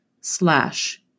slash